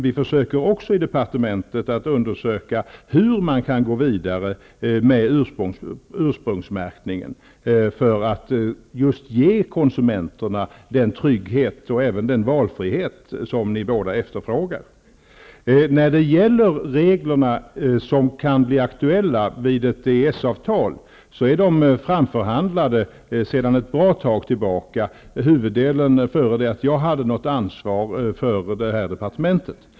Vi undersöker också i departementet hur man kan gå vidare med ursprungsmärkningen, för att just ge konsumenterna den trygghet och även den valfrihet som båda frågeställarna efterlyser. De regler som kan bli aktuella vid ett EES-avtal är framförhandlade sedan en tid tillbaka, och huvuddelen innan jag hade ansvaret för departementet.